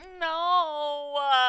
No